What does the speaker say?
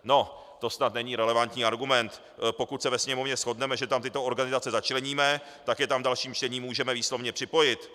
No to snad není relevantní argument, pokud se ve Sněmovně shodneme, že tam tyto organizace začleníme, tak je tam v dalším čtení můžeme výslovně připojit.